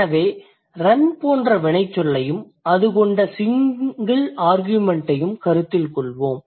எனவே ரன் போன்ற வினைச்சொல்லையும் அது கொண்ட சிங்கிள் ஆர்கியுமெண்ட் ஐயும் கருத்தில் கொள்வோம்